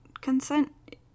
consent